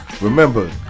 remember